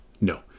No